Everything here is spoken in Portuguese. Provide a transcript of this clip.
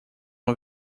uma